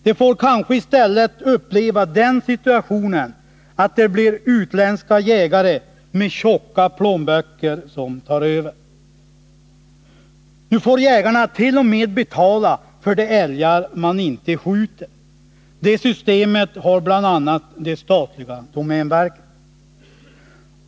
De får kanske i stället uppleva att det blir utländska jägare med tjocka plånböcker som tar över. Nu får jägarna t.o.m. betala för de älgar man inte skjuter — det systemet har bl.a. det statliga domänverket.